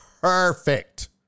Perfect